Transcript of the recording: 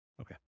Okay